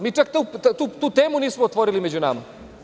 Mi čak tu temu nismo otvorili među nama.